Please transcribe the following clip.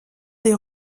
des